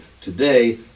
today